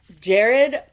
Jared